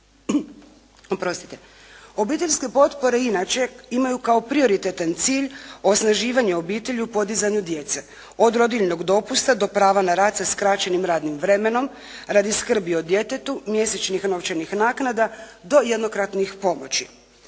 Obiteljske potpore inače imaju kao prioritetan cilj osnaživanje obitelji u podizanju djece od rodiljnog dopusta do prava na rad sa skraćenim radnim vremenom radi skrbi o djetetu, mjesečnih novčanih naknada do jednokratnih pomoći.